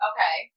Okay